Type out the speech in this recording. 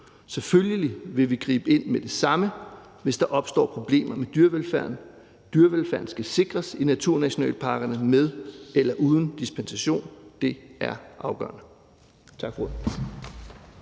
Selvfølgelig vil vi gribe ind med det samme, hvis der opstår problemer med dyrevelfærden. Dyrevelfærden skal sikres i naturnationalparkerne med eller uden dispensation. Det er afgørende.